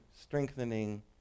strengthening